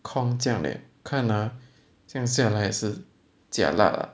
空这样 leh 看 ah 这样下来也是 jialat ah